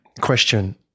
question